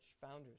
founders